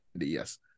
Yes